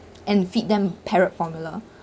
and feed them parrot formula